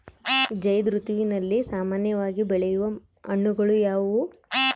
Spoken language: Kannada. ಝೈಧ್ ಋತುವಿನಲ್ಲಿ ಸಾಮಾನ್ಯವಾಗಿ ಬೆಳೆಯುವ ಹಣ್ಣುಗಳು ಯಾವುವು?